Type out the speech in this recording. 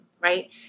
Right